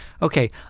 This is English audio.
Okay